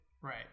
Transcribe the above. Right